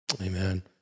Amen